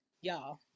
y'all